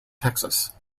texas